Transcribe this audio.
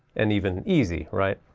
and even easy, right?